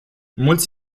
mulți